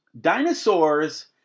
dinosaurs